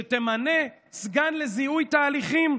שתמנה סגן לזיהוי תהליכים,